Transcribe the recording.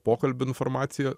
pokalbių informacijų